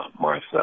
Martha